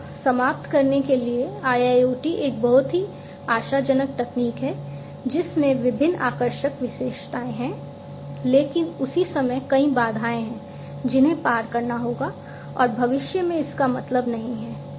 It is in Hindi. तो समाप्त करने के लिए IIoT एक बहुत ही आशाजनक तकनीक है जिसमें विभिन्न आकर्षक विशेषताएं हैं लेकिन उसी समय कई बाधाएं हैं जिन्हें पार करना होगा और भविष्य में इसका मतलब नहीं है